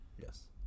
Yes